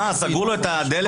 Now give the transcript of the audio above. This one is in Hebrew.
מה, סגרו לו את הדלת?